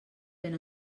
ben